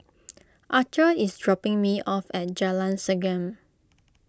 Archer is dropping me off at Jalan Segam